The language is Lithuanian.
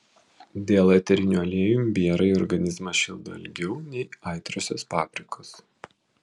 dėl eterinių aliejų imbierai organizmą šildo ilgiau nei aitriosios paprikos